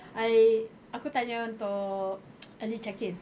I aku tanya untuk early check in